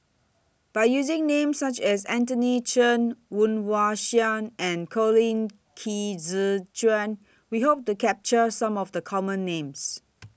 By using Names such as Anthony Chen Woon Wah Siang and Colin Qi Zhe Quan We Hope to capture Some of The Common Names